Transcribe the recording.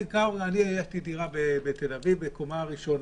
יש לי דירה בתל אביב בקומה ראשונה,